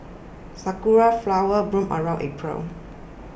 sakura flowers bloom around April